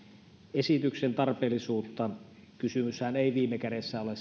esityksen tarpeellisuutta kysymyshän ei viime kädessä ole